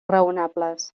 raonables